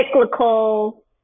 cyclical